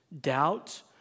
doubt